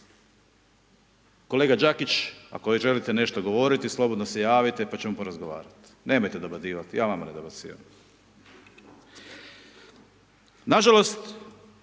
Kolega Đakić, ako već želite nešto govoriti, slobodno se javite pa ćemo porazgovarati. Nemojte dobacivati, ja vama ne dobacivam. Nažalost,